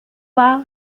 war